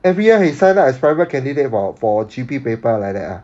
every year he sign up as private candidate for for G_P paper like that ah